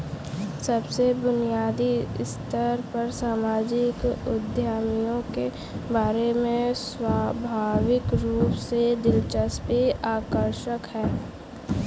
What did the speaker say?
सबसे बुनियादी स्तर पर सामाजिक उद्यमियों के बारे में स्वाभाविक रूप से दिलचस्प आकर्षक है